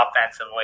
offensively